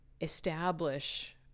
establish